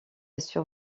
sur